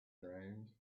ground